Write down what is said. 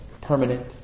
permanent